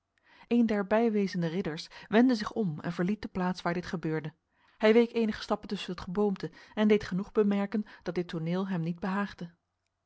een der bijwezende ridders wendde zich om en verliet de plaats waar dit gebeurde hij week enige stappen tussen het geboomte en deed genoeg bemerken dat dit toneel hem niet